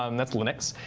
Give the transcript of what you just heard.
um that's linux.